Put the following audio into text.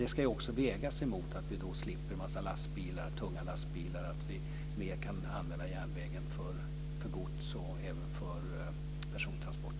Det ska vägas mot att vi slipper tunga lastbilar och kan använda järnvägen för gods och persontransport.